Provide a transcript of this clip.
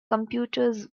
computers